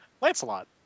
Lancelot